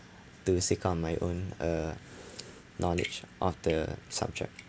to seek out my own uh knowledge of the subject